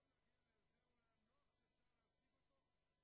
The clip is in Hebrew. במקום להגיע להסדר אולי הנוח שאפשר להשיג אותו,